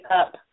up